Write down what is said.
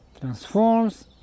Transforms